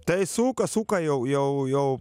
tai suka suka jau jau jau